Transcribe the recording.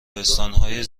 بستانهای